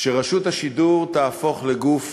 שרשות השידור תהפוך לגוף